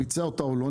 ביצע אותה או לא.